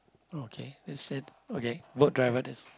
okay let's set okay boat driver then